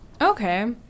Okay